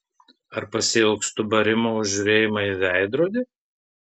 ar pasiilgstu barimo už žiūrėjimą į veidrodį